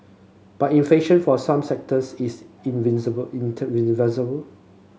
but inflation for some sectors is